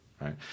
right